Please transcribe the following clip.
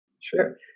sure